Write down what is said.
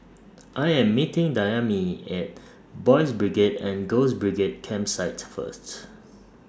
I Am meeting Dayami At Boys' Brigade and Girls' Brigade Campsite First